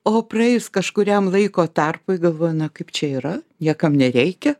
o praėjus kažkuriam laiko tarpui galvoji na kaip čia yra niekam nereikia